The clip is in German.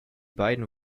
beiden